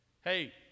Hey